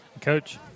Coach